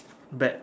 bet